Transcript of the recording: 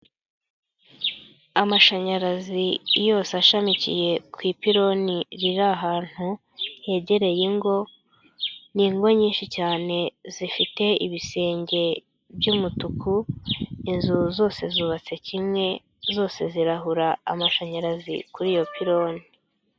Amashanyarazi yose ashamikiye ku ipironi riri ahantu hegereye ingo, ni ingo nyinshi cyane zifite ibisenge by'umutuku, inzu zose zubatse kimwe, zose zirahura amashanyarazi kuri iyo piloni.